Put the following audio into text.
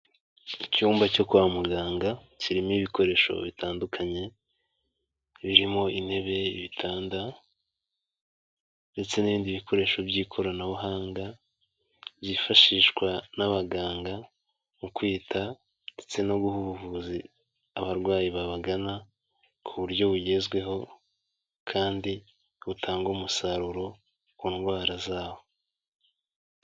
Icyumba cyo kwa muganga. Kirimo ibikoresho bitandukanye, birimo intebe, ibitanda, ndetse n'ibindi bikoresho by'ikoranabuhanga byifashishwa n'abaganga mu kwita ndetse no guha ubuvuzi abarwayi babagana, ku buryo bugezweho kandi butanga umusaruro ku ndwara zabo.